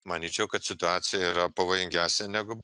manyčiau kad situacija yra pavojingesnė negu